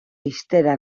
ixtera